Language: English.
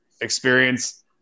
experience